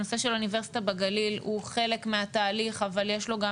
הנושא של אוניברסיטה בגליל הוא חלק מהתהליך אבל יש לו גם